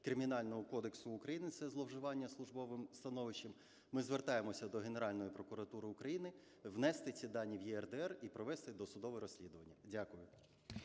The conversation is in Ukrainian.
Кримінального кодексу України – це зловживання службовим становищем, ми звертаємося до Генеральної прокуратури України внести ці дані в ЄРДР і провести досудове розслідування. Дякую.